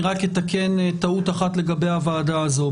אני רק אתקן טעות אחת לגבי הוועדה הזאת.